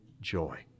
joy